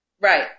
Right